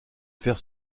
faire